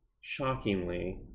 shockingly